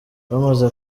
bamaze